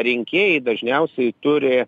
rinkėjai dažniausiai turi